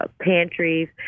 pantries